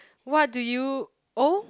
what do you oh